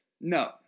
No